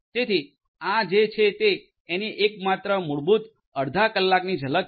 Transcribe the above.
તેથી આ જે છે તે એની માત્ર એક જ મૂળભૂત અડધા કલાકની ઝલક છે